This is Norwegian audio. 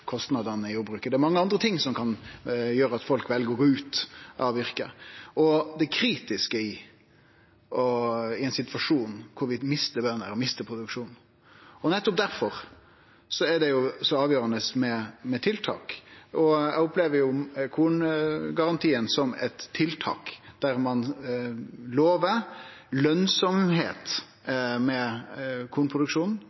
i jordbruket, mange andre ting som kan gjere at folk vel å gå ut av yrket – det kritiske i ein situasjon der vi mister bønder og mister produksjon. Nettopp difor er det så avgjerande med tiltak. Eg opplever korngarantien som eit tiltak der ein